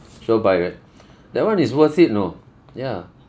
sure buy right that one is worth it know ya